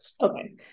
Okay